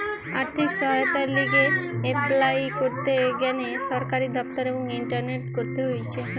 আর্থিক সহায়তার লিগে এপলাই করতে গ্যানে সরকারি দপ্তর এবং ইন্টারনেটে করতে হতিছে